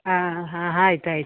ಹಾಂ ಹಾಂ ಆಯ್ತ್ ಆಯ್ತು